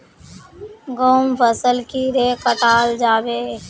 गहुम फसल कीड़े कटाल जाबे?